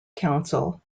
council